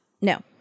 No